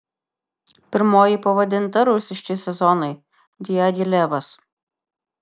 pirmoji pavadinta rusiški sezonai diagilevas